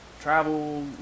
travel